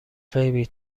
فیبی